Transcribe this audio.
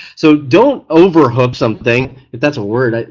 so don't over-hook something, if that's a word.